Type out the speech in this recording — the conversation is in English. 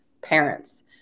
parents